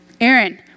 Aaron